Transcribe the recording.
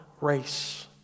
race